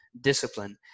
discipline